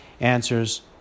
answers